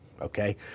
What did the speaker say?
okay